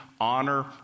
honor